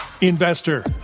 investor